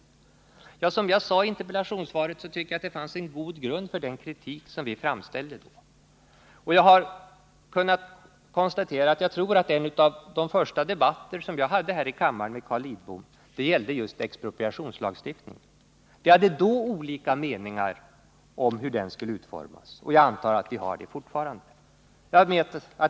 Som jag sade i interpellationssvaret tycker jag att det fanns en god grund för den kritik som vi framställde då. En av de första debatter som jag förde här i kammaren med Carl Lidbom gällde just expropriationslagstiftningen. Vi hade då olika meningar om hur den skulle utformas, och jag antar att vi har det fortfarande.